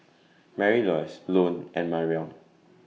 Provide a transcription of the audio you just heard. Marylouise Lone and Marion